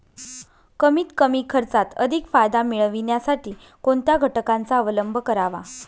कमीत कमी खर्चात अधिक फायदा मिळविण्यासाठी कोणत्या घटकांचा अवलंब करावा?